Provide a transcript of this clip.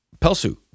Pelsu